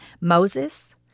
Moses